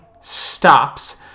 stops